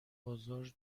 بازار